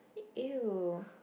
!eww!